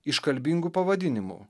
iškalbingu pavadinimu